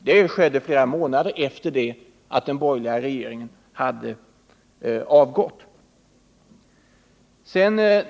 Det skedde flera månader efter det att den borgerliga regeringen hade avgått.